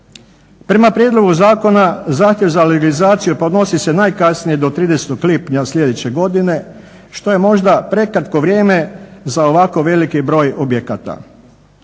Prema prijedlogu zakona zahtjev za legalizaciju podnosi se najkasnije do 30. lipnja sljedeće godine što je možda prekratko vrijeme za ovako veliki broj objekata.